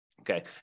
Okay